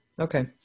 Okay